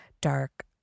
dark